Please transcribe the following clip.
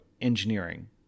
engineering